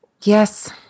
Yes